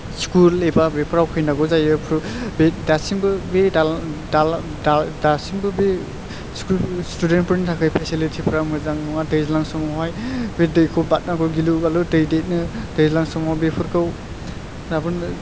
school एबा बेफोराव फैनांगौ जायो बे दासिमबो बे दासिमबो बे स्कुल स्टुडेन्ट फोरनि थाखाय फेसिलिटि फ्रा मोजां नङा दैज्लां समावहाय बे दैखौ बारनांगौ गिलु बालु दै इदिनो दैज्लां समाव बेफोरखौ माबानो